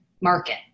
market